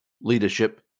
leadership